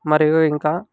మరియు ఇంకా